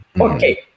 okay